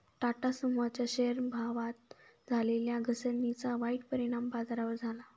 टाटा समूहाच्या शेअरच्या भावात झालेल्या घसरणीचा वाईट परिणाम बाजारावर झाला